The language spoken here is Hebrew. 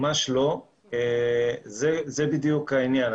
ממש לא - זה בדיוק העניין.